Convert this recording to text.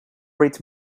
read